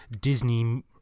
Disney